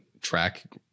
track